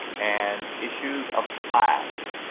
and issues of class